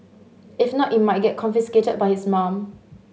if not it might get confiscated by his mum